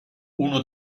uno